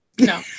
No